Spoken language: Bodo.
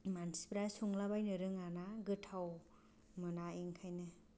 मानसिफ्रा संलाबायनो रोङाना गोथाव मोना ओंखायनो